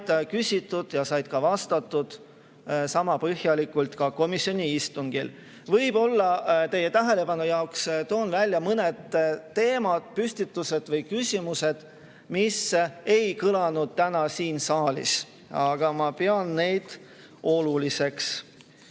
küsitud ja said vastatud sama põhjalikult ka komisjoni istungil. Võib-olla teie tähelepanu juhtimiseks toon välja mõned teemapüstitused ja küsimused, mis ei kõlanud täna siin saalis, aga ma pean neid oluliseks.